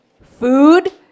food